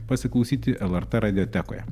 pasiklausyti lrt radiotekoje